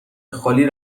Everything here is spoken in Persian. خالی